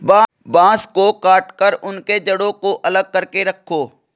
बांस को काटकर उनके जड़ों को अलग करके रखो